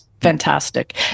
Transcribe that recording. fantastic